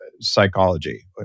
psychology